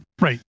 Right